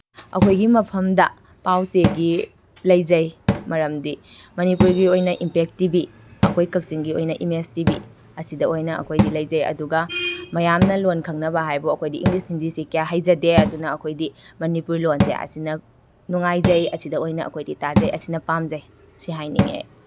ꯑꯩꯈꯣꯏꯒꯤ ꯃꯐꯝꯗ ꯄꯥꯎ ꯆꯦꯒꯤ ꯂꯩꯖꯦ ꯃꯔꯝꯗꯤ ꯃꯅꯤꯄꯨꯔꯒꯤ ꯑꯣꯏꯅ ꯏꯝꯄꯦꯛ ꯇꯤ ꯚꯤ ꯑꯩꯈꯣꯏ ꯀꯛꯆꯤꯡꯒꯤ ꯑꯣꯏꯅ ꯏꯃꯦꯖ ꯇꯤ ꯚꯤ ꯑꯁꯤꯗ ꯑꯣꯏꯅ ꯑꯩꯈꯣꯏꯗꯤ ꯂꯩꯖꯩ ꯑꯗꯨꯒ ꯃꯌꯥꯝꯅ ꯂꯣꯜ ꯈꯪꯅꯕ ꯍꯥꯏꯕꯨ ꯑꯩꯈꯣꯏ ꯏꯪꯂꯤꯁ ꯍꯤꯟꯗꯤꯁꯤ ꯀꯌꯥ ꯍꯩꯖꯗꯦ ꯑꯗꯨꯅ ꯑꯩꯈꯣꯏꯗꯤ ꯃꯅꯤꯄꯨꯔꯤ ꯂꯣꯜꯁꯦ ꯑꯁꯤꯅ ꯅꯨꯡꯉꯥꯏꯖꯩ ꯑꯁꯤꯗ ꯑꯣꯏꯅ ꯑꯩꯈꯣꯏꯗꯤ ꯇꯥꯖꯩ ꯑꯁꯤꯅ ꯄꯥꯝꯖꯩ ꯁꯤ ꯍꯥꯏꯅꯤꯡꯉꯦ